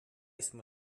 smo